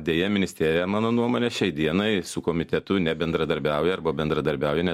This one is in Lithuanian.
deja ministerija mano nuomone šiai dienai su komitetu nebendradarbiauja arba bendradarbiauja ne